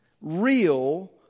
real